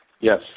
Yes